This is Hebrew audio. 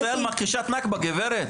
מדינת ישראל מכחישת נכבה, גברת.